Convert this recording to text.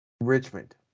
Richmond